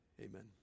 Amen